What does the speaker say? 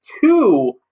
two